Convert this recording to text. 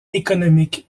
économique